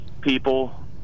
people